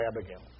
Abigail